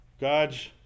God's